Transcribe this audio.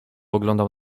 oglądał